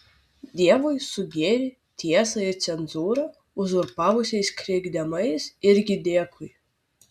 dievui su gėrį tiesą ir cenzūrą uzurpavusiais krikdemais irgi dėkui